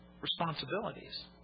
responsibilities